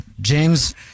James